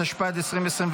התשפ"ד 2024,